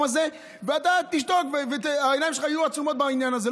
הזה ואתה תשתוק והעיניים שלך יהיו עצומות בעניין הזה.